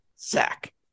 Zach